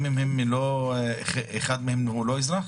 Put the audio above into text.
גם אם אחד מהם הוא לא אזרח?